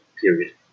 period